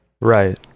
right